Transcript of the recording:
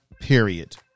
period